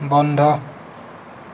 বন্ধ